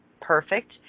perfect